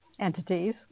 entities